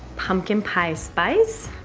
pumpkin pie spice,